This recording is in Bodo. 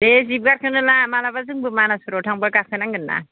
दे जिब गार्डखौनो ला मालाबा जोंबो मानासफ्राव थांबा गाखोनांगोन ना